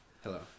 Hello